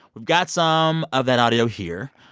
we've got some of that audio here.